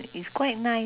eh